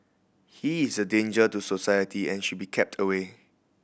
he is a danger to society and should be kept away